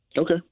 Okay